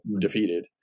defeated